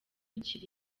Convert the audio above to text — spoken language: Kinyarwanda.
kiri